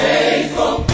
Faithful